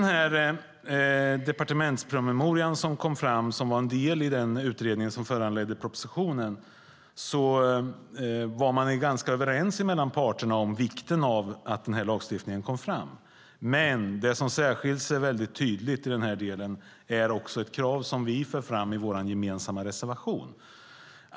I den departementspromemoria som var en del av den utredning som föranledde propositionen var parterna ganska överens om vikten av att den här lagstiftningen kom till. Men här finns det också en tydlig skillnad. Det handlar om ett krav som vi för fram i vår gemensamma reservation.